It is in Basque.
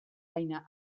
baina